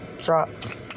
dropped